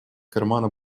кармана